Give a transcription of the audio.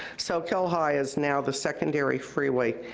soquel high is now the secondary freeway,